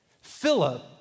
Philip